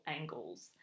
angles